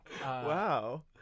wow